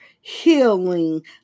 healing